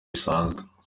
bisanzwe